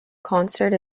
consort